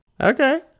Okay